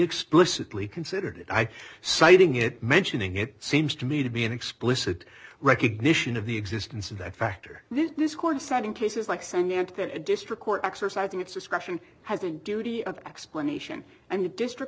explicitly considered it i citing it mentioning it seems to me to be an explicit recognition of the existence of that factor this court said in cases like sandman that a district court exercising its discretion has a duty of explanation and the district